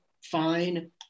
fine